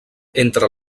entre